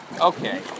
Okay